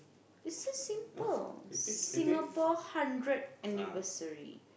is so simple Singapore hundred anniversary